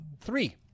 three